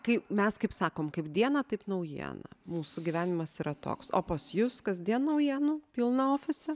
kai mes kaip sakom kaip dieną taip naujiena mūsų gyvenimas yra toks o pas jus kasdien naujienų pilna ofise